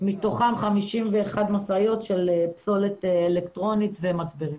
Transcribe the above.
מתוכם 51 משאיות של פסולת אלקטרונית ומצברים.